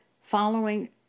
Following